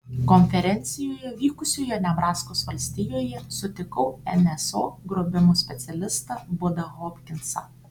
konferencijoje vykusioje nebraskos valstijoje sutikau nso grobimų specialistą budą hopkinsą